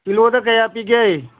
ꯀꯤꯂꯣꯗ ꯀꯌꯥ ꯄꯤꯒꯦ